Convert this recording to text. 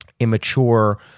immature